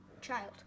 child